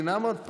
תנאם עוד פעם.